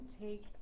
take